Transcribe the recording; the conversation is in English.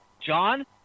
John